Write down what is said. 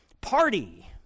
party